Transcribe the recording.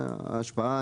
ההשפעה,